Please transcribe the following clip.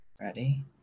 Ready